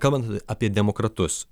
kalbant apie demokratus